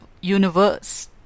universe